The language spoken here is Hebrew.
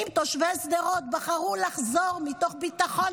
אם תושבי שדרות בחרו לחזור מתוך ביטחון,